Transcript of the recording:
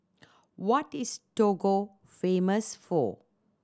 what is Togo famous for